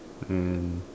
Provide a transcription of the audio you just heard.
and